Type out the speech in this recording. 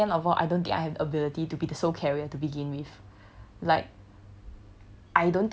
stress is one thing second of all I don't think I have ability to be the sole carrier to begin with like